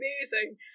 amazing